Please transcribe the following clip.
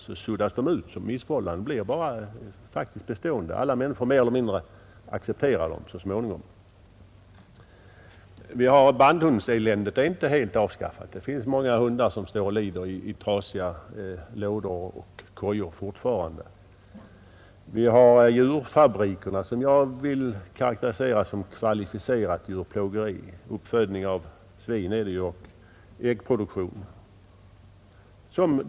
Då suddas de ut som missförhållanden och blir bara något bestående, något som alla människor mer eller mindre accepterar så småningom. Bandhundseländet är t.ex. ännu inte helt avskaffat. Många hundar får fortfarande stå och lida i trasiga lådor och kojor. Eller vi kan ta djurfabrikerna för svin och höns, där man producerar fläsk och ägg. Det är anläggningar som medför vad jag vill karakterisera som kvalificerat djurplågeri.